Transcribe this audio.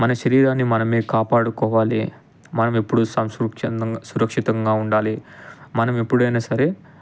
మన శరీరాన్ని మనమే కాపాడుకోవాలి మనము ఎప్పుడు సురక్షితంగా ఉండాలి మనం ఎప్పుడైనా సరే